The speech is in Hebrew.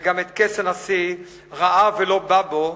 וגם את כס הנשיא ראה ולא בא בו,